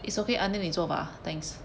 it's okay onion 你做吧 thanks